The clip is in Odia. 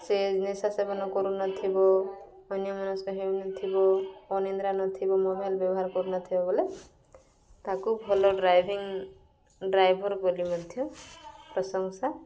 ସେ ନିଶା ସେବନ କରୁନଥିବ ଅନ୍ୟମନସ୍କ ହେଉନଥିବ ଅନିନ୍ଦ୍ରା ନଥିବ ମୋବାଇଲ ବ୍ୟବହାର କରୁନଥିବ ବୋଲେ ତାକୁ ଭଲ ଡ୍ରାଇଭିଂ ଡ୍ରାଇଭର ବୋଲି ମଧ୍ୟ ପ୍ରଶଂସା